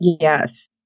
Yes